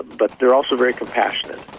but they are also very compassionate.